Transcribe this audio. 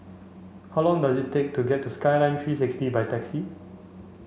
how long does it take to get to Skyline three sixty by taxi